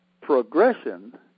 progression